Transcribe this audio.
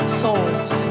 souls